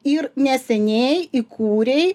ir neseniai įkūrei